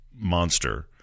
monster